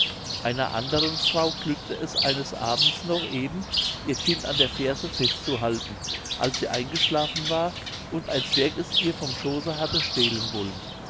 einer anderen frau glückte es eines abends noch eben ihr kind an der ferse fest zu halten als sie eingeschlafen war und ein zwerg es ihr vom schooße hatte stehlen wollen